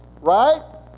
right